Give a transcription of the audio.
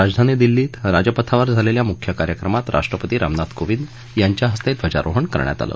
राजधानी दिल्लीत राजपथावर झालेल्या मुख्य कार्यक्रमात राष्ट्रपती रामनाथ कोविंद यांच्या हस्ते ध्वजारोहण करण्यात आलं